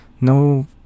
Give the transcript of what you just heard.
no